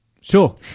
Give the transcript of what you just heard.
Sure